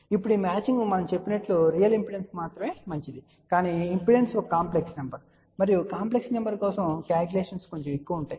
ఇప్పుడు ఈ మ్యాచింగ్ మనం చెప్పినట్లుగా రియల్ ఇంపిడెన్స్కు మాత్రమే మంచిది కాని ఇంపిడెన్స్ ఒక కాంప్లెక్స్ నెంబర్ మరియు కాంప్లెక్స్ నెంబర్ కోసం క్యాలిక్యులేషన్స్ కొంచెం ఎక్కువగా ఉంటాయి